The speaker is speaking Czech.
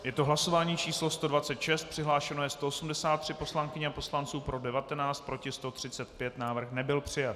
Je to hlasování číslo 126, přihlášeno je 183 poslankyň a poslanců, pro 19, proti 135, návrh nebyl přijat.